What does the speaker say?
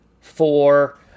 four